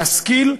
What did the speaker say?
להשכיל,